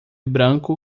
branco